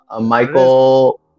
Michael